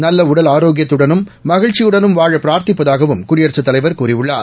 நல்ல உடல் ஆரோக்கியத்துடனும் மகிழ்ச்சியுடனும் வாழ பிரார்த்திப்பதாகவும் குடியரசுத் தலைவர் கூறியுள்ளார்